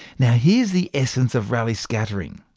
now here's the essence of rayleigh scattering.